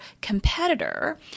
competitor